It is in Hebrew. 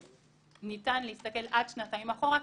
ניתן להסתכל עד שנתיים אחורה,